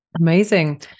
Amazing